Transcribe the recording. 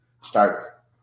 start